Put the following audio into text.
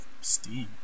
Steam